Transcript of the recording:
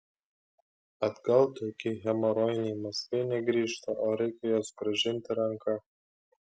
atgal tokie hemorojiniai mazgai negrįžta o reikia juos grąžinti ranka